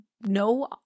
no